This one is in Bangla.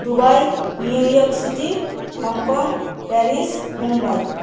Dubai New York City Hong Kong Paris Mumbai